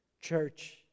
church